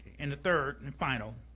and the third and final,